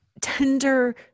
tender